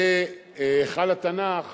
והיכל התנ"ך